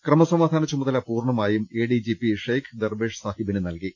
ക്രമസമാധാന ചുമതല പൂർണമായും എഡിജിപി ഷെയ്ക് ദർബേഷ് സാഹിബിന് നൽകി